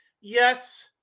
Yes